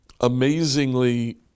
Amazingly